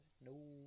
no